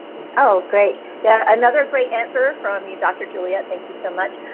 oh great. yeah, another great answer from you. dr. juliette. thank you so much.